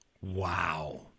Wow